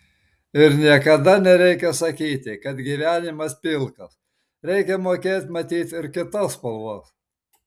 ir niekada nereikia sakyti kad gyvenimas pilkas reikia mokėt matyt ir kitas spalvas